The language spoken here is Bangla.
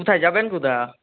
কোথায় যাবেন কোথা